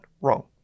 Wrong